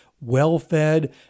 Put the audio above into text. well-fed